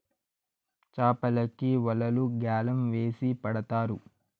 చాపలకి వలలు గ్యాలం వేసి పడతారు